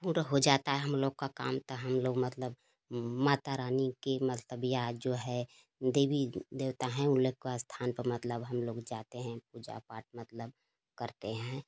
पूरा हो जाता है हम लोग का काम तो हम लोग मतलब माता रानी के मतलब या जो है देवी देवता हैं ऊ लोग के स्थान पर मतलब हम लोग जाते हैं पूजा पाठ मतलब करते हैं